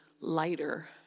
lighter